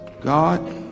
God